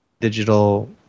digital